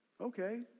Okay